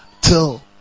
till